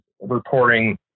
reporting